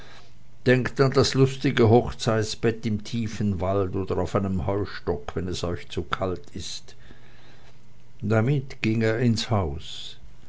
denkt an das lustige hochzeitbett im tiefen wald oder auf einem heustock wenn es euch zu kalt ist damit ging er ins haus